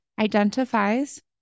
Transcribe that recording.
identifies